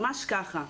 ממש כך.